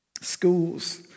Schools